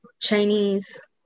Chinese